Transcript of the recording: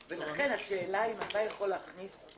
ולכן, השאלה אם אתה יכול להכניס פה